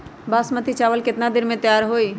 बासमती चावल केतना दिन में तयार होई?